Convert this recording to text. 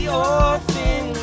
orphan